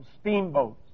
steamboats